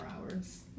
hours